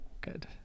good